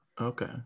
okay